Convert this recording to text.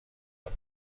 رود